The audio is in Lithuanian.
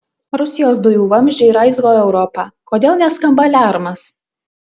rusijos dujų vamzdžiai raizgo europą kodėl neskamba aliarmas